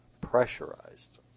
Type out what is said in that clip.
pressurized